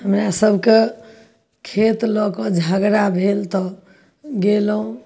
हमरासभकेँ खेत लऽके झगड़ा भेल तऽ गेलहुँ